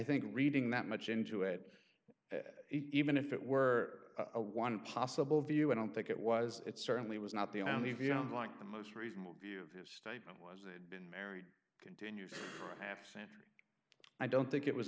think reading that much into it even if it were a one possible view i don't think it was it certainly was not the only if you don't like the most reasonable view of his statement was that married continued absence i don't think it was